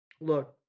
look